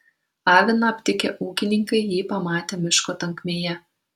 aviną aptikę ūkininkai jį pamatė miško tankmėje